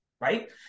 Right